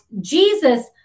Jesus